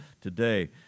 today